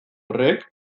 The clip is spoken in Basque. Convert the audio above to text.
horrek